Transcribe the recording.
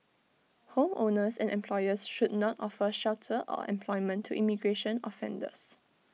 homeowners and employers should not offer shelter or employment to immigration offenders